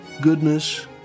goodness